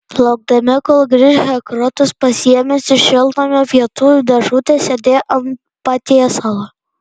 laukdami kol grįš hektoras pasiėmęs iš šiltnamio pietų dėžutę sėdėjo ant patiesalo